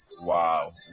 wow